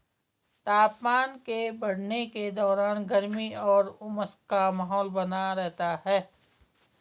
तापमान के बढ़ने के दौरान गर्मी और उमस का माहौल बना रहता है